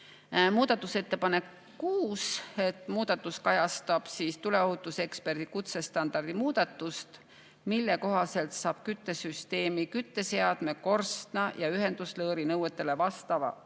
Muudatusettepanek nr 6. Muudatus kajastab tuleohutuseksperdi kutsestandardi muudatust, mille kohaselt saab küttesüsteemi kütteseadme, korstna ja ühenduslõõri nõuetele vastavuse